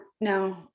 no